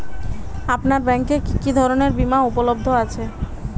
আপনার ব্যাঙ্ক এ কি কি ধরনের বিমা উপলব্ধ আছে?